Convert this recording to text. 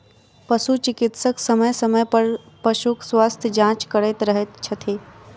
पशु चिकित्सक समय समय पर पशुक स्वास्थ्य जाँच करैत रहैत छथि